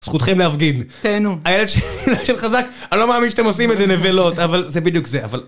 זכותכם להפגיד. - תהנו. - הילד חזק, אני לא מאמין שאתם עושים איזה נבלות, אבל זה בדיוק זה.